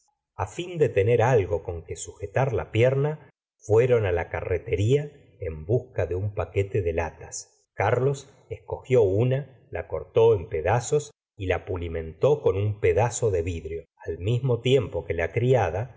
a fin de tener algo con que sujetar la pierna fueron la carretería en busca de un paquete de latas carlos escogió una la cortó en pedazos y la pulimentó con un pedazo de vidrio al mismo tiempo que la criada